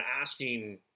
asking